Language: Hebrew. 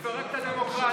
לפרק את הדמוקרטיה.